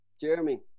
Jeremy